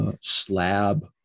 slab